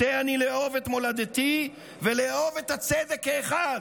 רוצה אני לאהוב את מולדתי ולאהוב את הצדק כאחד.